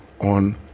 on